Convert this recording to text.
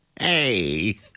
Hey